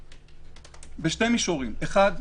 בשני מישורים: אחד,